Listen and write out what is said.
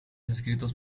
escritos